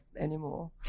anymore